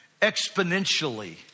exponentially